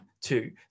two